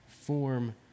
form